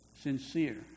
sincere